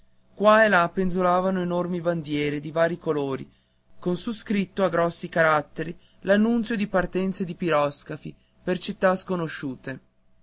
qua e là spenzolavano enormi bandiere di vari colori con su scritto a grossi caratteri l'annunzio di partenze di piroscafi per città sconosciute